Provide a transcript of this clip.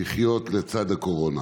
"לחיות לצד הקורונה".